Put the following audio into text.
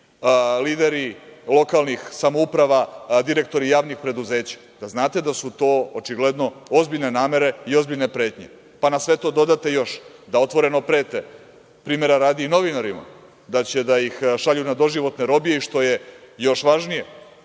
lideri lokalnih samouprava, direktori javnih preduzeća, da znate da su to očigledno ozbiljne namere i ozbiljne pretnje, pa na sve to dodate još da otvoreno prete, primera radi, i novinarima, da će da ih šalju na doživotne robije, što je još važnije,